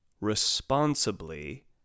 responsibly